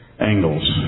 angles